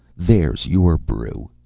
there's your brew.